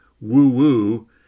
Woo-woo